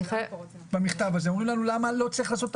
הם אומרים לנו למה לא צריך לעשות את